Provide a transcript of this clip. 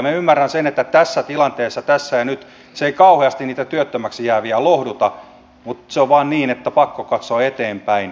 minä ymmärrän sen että tässä tilanteessa tässä ja nyt se ei kauheasti niitä työttömäksi jääviä lohduta mutta se on vaan niin että on pakko katsoa eteenpäin